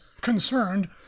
concerned